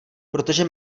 protože